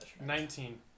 Nineteen